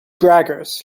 braggers